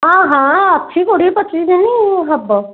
ହଁ ହଁ ଅଛି କୋଡ଼ିଏ ପଚିଶ ଦିନ ହେବ